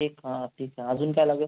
ठीक आहे ठीक आहे अजून काय लागेल